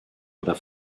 oder